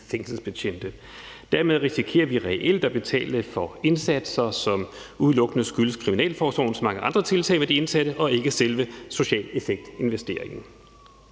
fængselsbetjente. Dermed risikerer vi reelt at betale for indsatser, som udelukkende skyldes kriminalforsorgens mange andre tiltag med de indsatte og ikke selve social effekt-investeringen.